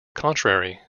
contrary